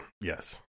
yes